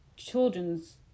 Children's